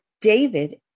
David